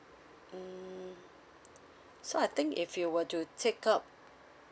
mm so I think if you were to take up